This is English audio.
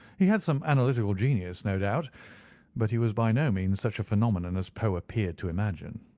he had some analytical genius, no doubt but he was by no means such a phenomenon as poe appeared to imagine.